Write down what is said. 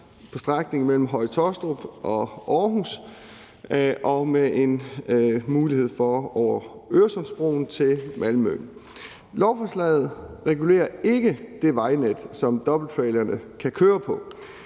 på strækningen mellem Høje-Taastrup og Aarhus og med en mulighed for at gøre det på strækningen over Øresundsbroen til Malmø. Lovforslaget regulerer ikke det vejnet, som dobbelttrailerne kan køre på.